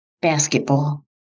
Basketball